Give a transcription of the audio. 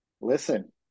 Listen